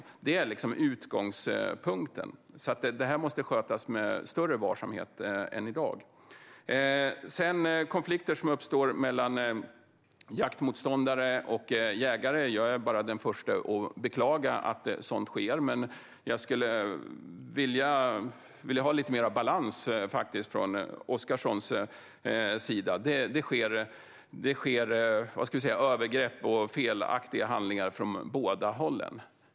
Det är utgångspunkten. Det måste alltså skötas med större varsamhet än i dag. När det gäller konflikter mellan jaktmotståndare och jägare är jag den förste att beklaga att sådant sker. Men jag skulle önska lite mer balans från Oscarssons sida. Det begås övergrepp och felaktiga handlingar från båda hållen.